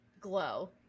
glow